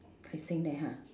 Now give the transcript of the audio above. he saying that ha